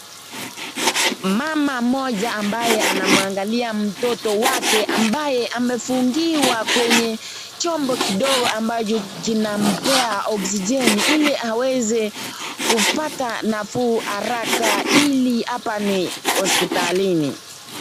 Mama mmoja ambaye anamwangalia mtoto wake ambaye amefungiwa kwenye chombo kidogo ambacho kinampea oxygen ili aweze kupata nafuu haraka ili hapa ni hospitalini.